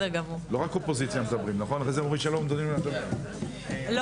(הישיבה נפסקה בשעה 11:05 ונתחדשה בשעה 11:50.) אני מחדשת את הישיבה.